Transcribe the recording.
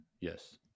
Yes